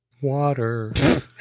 water